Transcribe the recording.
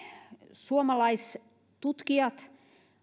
suomalaistutkijat